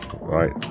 right